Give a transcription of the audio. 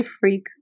freak